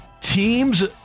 Teams